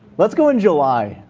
let's go in july.